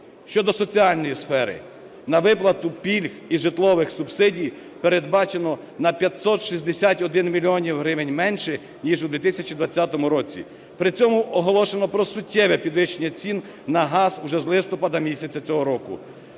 Щодо соціальної сфери. На виплату пільг і житлових субсидій передбачено на 561 мільйон гривень менше ніж у 2020 році. При цьому оголошено про суттєве підвищення цін на газ вже з листопада місяця цього року.